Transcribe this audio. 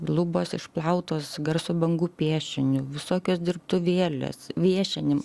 lubos išplautos garso bangų piešiniu visokios dirbtuvėlės viešinim